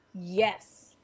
Yes